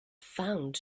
found